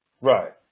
Right